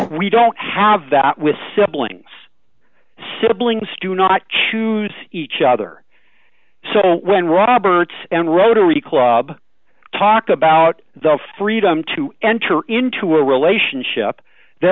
we don't have that with siblings siblings do not choose each other so when roberts and rotary club talk about the freedom to enter into a relationship they